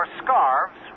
scarves